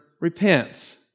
repents